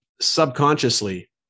Subconsciously